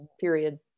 period